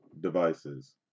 devices